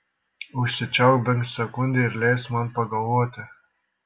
užsičiaupk bent sekundei ir leisk man pagalvoti